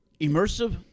Immersive